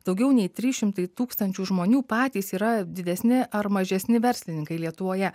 daugiau nei trys šimtai tūkstančių žmonių patys yra didesni ar mažesni verslininkai lietuvoje